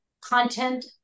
content